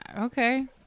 Okay